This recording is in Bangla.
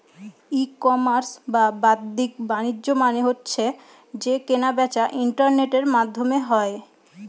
ই কমার্স বা বাদ্দিক বাণিজ্য মানে হচ্ছে যে কেনা বেচা ইন্টারনেটের মাধ্যমে হয়